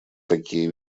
такие